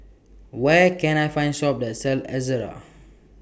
Where Can I Find Shop that sells Ezerra